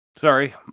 Sorry